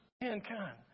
mankind